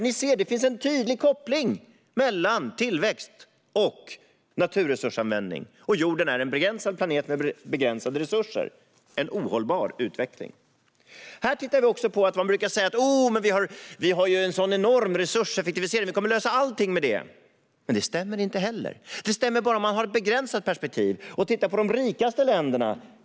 Ni ser att det finns en tydlig koppling mellan tillväxt och naturresursanvändning, och jorden är en begränsad planet med begränsade resurser. Det är en ohållbar utveckling. Man brukar säga: Men vi har ju en enorm resurseffektivisering. Vi kommer att lösa allting med det. Men det stämmer inte heller. Det stämmer bara om man har ett begränsat perspektiv. Man kan titta på de rikaste länderna.